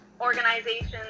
organizations